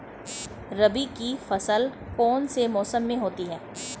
रबी की फसल कौन से मौसम में होती है?